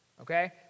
okay